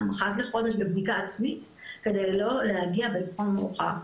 אחת לחודש בבדיקה עצמית כדי לא להגיע באבחון מאוחר.